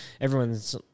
everyone's